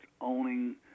owning